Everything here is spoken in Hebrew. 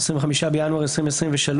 25.1.23,